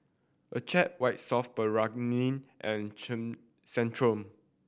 Accucheck White Soft Paraffin and Chay Centrum